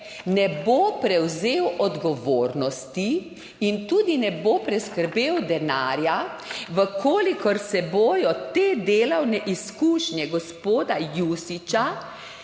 ne bo prevzel odgovornosti in tudi ne bo priskrbel denarja, če se bodo te delovne izkušnje gospoda Jusića